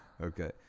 okay